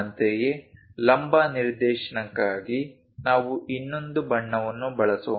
ಅಂತೆಯೇ ಲಂಬ ನಿರ್ದೇಶನಕ್ಕಾಗಿ ನಾವು ಇನ್ನೊಂದು ಬಣ್ಣವನ್ನು ಬಳಸೋಣ